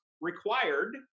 required